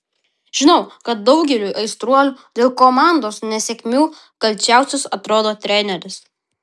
žinau kad daugeliui aistruolių dėl komandos nesėkmių kalčiausias atrodo treneris